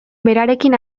berarekin